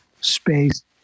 space